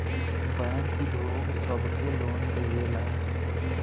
bank उद्योग सब के लोन देवेला